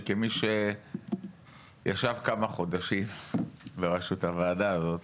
כמי שישב כמה חודשים בראשות הוועדה הזאת,